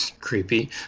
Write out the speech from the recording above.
creepy